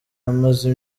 amaze